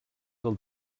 del